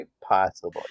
possible